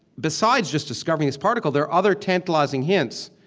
besides just discovering it's particle, there are other tantalizing hints,